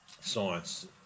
science